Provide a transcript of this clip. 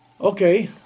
Okay